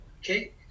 Okay